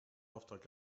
auftrag